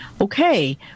Okay